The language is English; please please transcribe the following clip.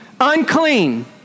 unclean